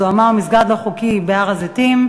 זוהמה ומסגד לא חוקי בהר-הזיתים,